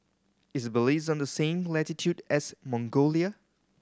is Belize on the same latitude as Mongolia